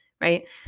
right